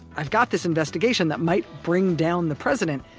i've got this investigation that might bring down the president,